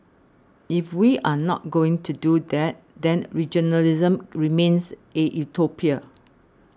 if we are not going to do that then regionalism remains a utopia